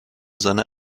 seiner